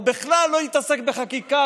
או בכלל לא להתעסק בחקיקה,